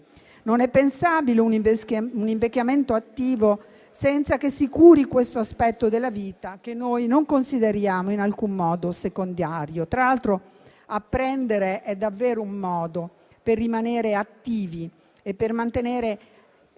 Non è pensabile un invecchiamento attivo senza che si curi questo aspetto della vita che noi non consideriamo in alcun modo secondario. Tra l'altro, apprendere è davvero un modo per rimanere attivi e mantenere